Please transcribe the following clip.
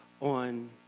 on